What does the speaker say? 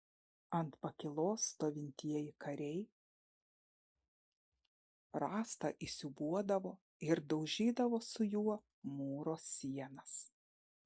ant pakylos stovintieji kariai rąstą įsiūbuodavo ir daužydavo su juo mūro sienas